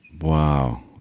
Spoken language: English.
Wow